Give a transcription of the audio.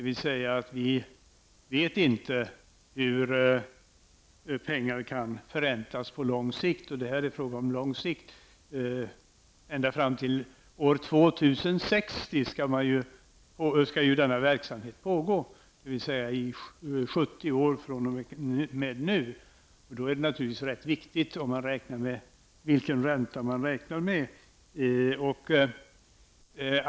Vi vet inte hur pengar kan förräntas på lång sikt, och här är det fråga om lång sikt. Ända fram till år 2060 skall denna verksamhet pågå, alltså i 70 år fr.o.m. nu. Då är det naturligtvis rätt viktigt vilken ränta man räknar med.